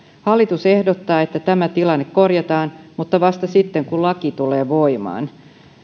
hallitus ehdottaa että tämä tilanne korjataan mutta vasta sitten kun laki tulee voimaan